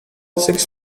six